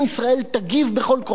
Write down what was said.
ישראל תגיב בכל כוחה.